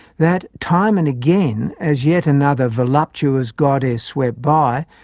that time and again, as yet another voluptuous goddess swept by,